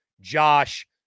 Josh